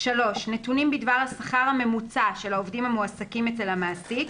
נתונים בדבר השכר הממוצע של העובדים המועסקים אצל המעסיק,